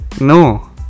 No